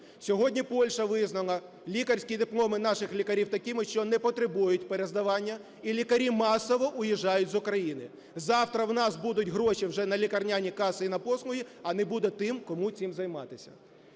Сьогодні Польща визнала лікарські дипломи наших лікарів такими, що не потребують перездавання, і лікарі масово виїжджають з Україні. Завтра у нас будуть гроші вже на лікарняні каси і на послуги, а не буде тим, кому цим займатися.